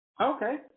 Okay